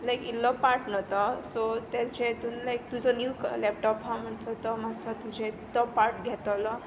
लायक इल्लो पार्ट न्हय सो ताजें हातून लायक तुजो न्यु लॅपटॉप आसा म्हणसर तो मातशें तुजें तो पार्ट घेतलो